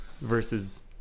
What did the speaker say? versus